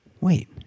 wait